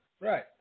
Right